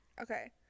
Okay